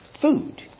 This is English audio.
food